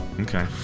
Okay